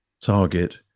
target